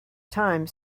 time